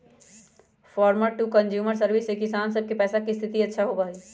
farmer to consumer service से किसान सब के पैसा के स्थिति अच्छा होबा हई